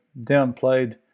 downplayed